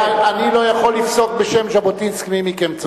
אני לא יכול לפסוק בשם ז'בוטינסקי מי מכם צודק.